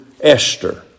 Esther